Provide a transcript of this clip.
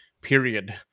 period